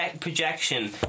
projection